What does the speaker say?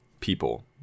people